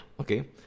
Okay